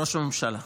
ראש הממשלה.